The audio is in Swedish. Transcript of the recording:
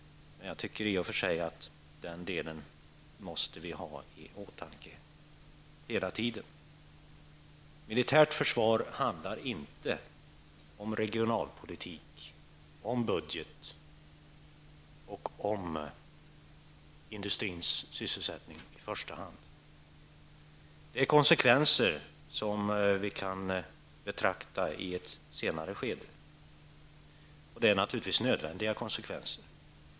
Men jag tycker att vi måste ha den delen i åtanke hela tiden. Militärt försvar handlar inte om regionalpolitik, om budget eller om industrins sysselsättning i första hand. Det är konsekvenser som vi kan betrakta i ett senare skede. Det är naturligtvis nödvändiga konsekvenser.